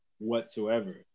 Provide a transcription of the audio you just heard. whatsoever